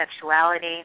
sexuality